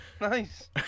Nice